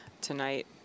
tonight